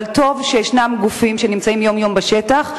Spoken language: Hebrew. אבל טוב שיש גופים שנמצאים יום-יום בשטח,